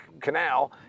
canal